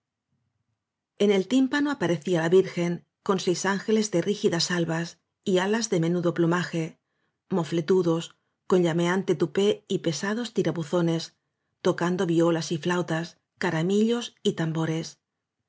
en el tímpano aparecía la virgen con seis ángeles de rígidas albas y alas de menudo plu maje mofletudos con llameante tupé y pesados tirabuzones tocando violas y flautas carami llos y tambores